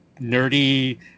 nerdy